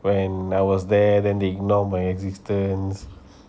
when I was there then they ignore my existence